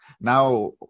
Now